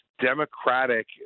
Democratic